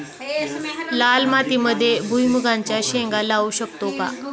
लाल मातीमध्ये भुईमुगाच्या शेंगा लावू शकतो का?